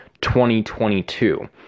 2022